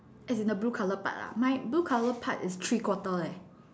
as in the blue colour part ah my blue colour part is three quarter leh